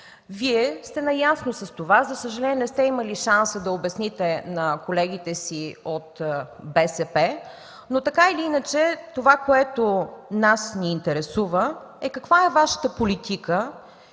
Вие сте наясно с това, но, за съжаление, не сте имали шанса да обясните на колегите си от БСП. Така или иначе това, което нас ни интересува, е: каква е Вашата политика